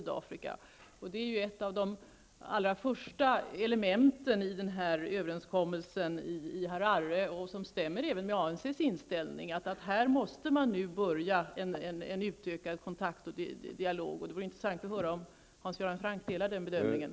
Det är ett av de allra första elementen i överenskommelsen i Harare -- och det stämmer överens med inställningen hos ANC -- att man här måste få till stånd en utökad kontakt och dialog. Det vore intressant att höra om Hans Göran Franck delar denna uppfattning.